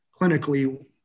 clinically